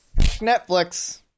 Netflix